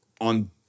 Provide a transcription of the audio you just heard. on